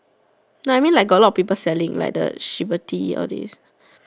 like I mean like got a lot of people selling like the Shiberty all this